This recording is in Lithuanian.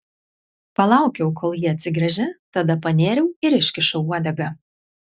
palaukiau kol ji atsigręžė tada panėriau ir iškišau uodegą